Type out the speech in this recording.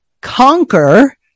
conquer